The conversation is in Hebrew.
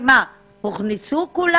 הוכנסו כולם?